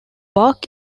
bark